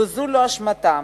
וזו לא אשמתם.